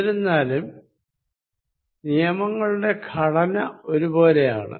എന്നിരുന്നാലും നിയമങ്ങളുടെ ഘടന ഒരുപോലെയാണ്